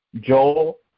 Joel